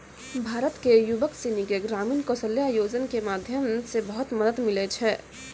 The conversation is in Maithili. भारत के युवक सनी के ग्रामीण कौशल्या योजना के माध्यम से बहुत मदद मिलै छै